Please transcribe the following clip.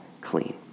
clean